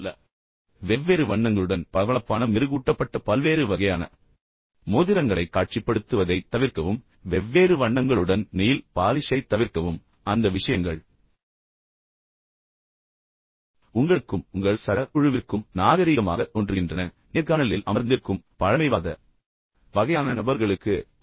இதேபோல் வெவ்வேறு வண்ணங்களுடன் பளபளப்பான மெருகூட்டப்பட்ட பல்வேறு வகையான மோதிரங்களை காட்சிப்படுத்துவதைத் தவிர்க்கவும் வெவ்வேறு வண்ணங்களுடன் நெயில் பாலிஷை தவிர்க்கவும் பின்னர் அந்த விஷயங்கள் மீண்டும் உங்களுக்கும் உங்கள் சக குழுவிற்கும் நாகரீகமாகத் தோன்றுகின்றன ஆனால் நேர்காணலில் அமர்ந்திருக்கும் பழமைவாத வகையான நபர்களுக்கு அல்ல